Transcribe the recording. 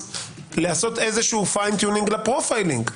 לעשות פיין טיונינג לפרופיילינג.